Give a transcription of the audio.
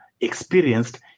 experienced